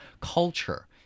culture